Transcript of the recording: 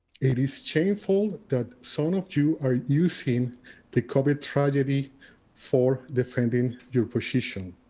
it is shameful that some of you are using the covid tragedy for defending your position.